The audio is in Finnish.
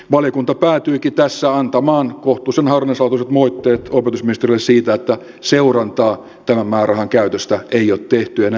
valiokunta päätyikin tässä antamaan kohtuullisen harvinaislaatuiset moitteet opetusministeriölle siitä että seurantaa tämän määrärahan käytöstä ei ole tehty enää